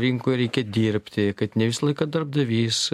rinkoj reikia dirbti kad ne visą laiką darbdavys